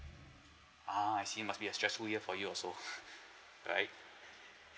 uh I see must be a stressful year for you also right